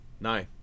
No